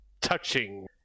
touching